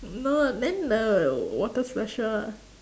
no then the water splash her